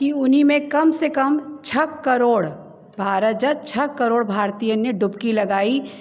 की उन में कम से कम छह करोड़ भारत जा छह करोड़ भारतीय ने डुपकी लॻाई